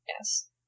Yes